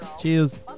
Cheers